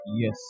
Yes